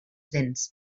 dents